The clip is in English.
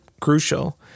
crucial